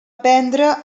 prendre